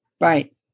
Right